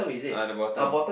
ah the bottom